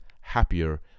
happier